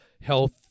health